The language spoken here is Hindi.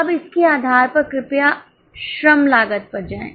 अब इसके आधार पर कृपया अब श्रम लागत पर जाएं